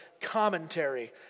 commentary